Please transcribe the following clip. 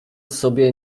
sobie